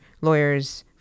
lawyer's